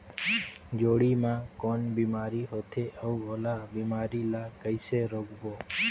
जोणी मा कौन बीमारी होथे अउ ओला बीमारी ला कइसे रोकबो?